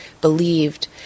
believed